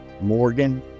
Morgan